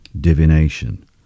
divination